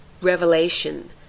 Revelation